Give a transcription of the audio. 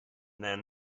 then